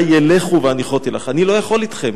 ילכו והנִחֹתי לך" אני לא יכול אתכם,